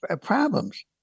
problems